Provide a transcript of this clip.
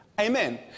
Amen